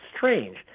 strange